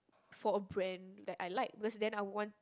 for a brand that I like because then I want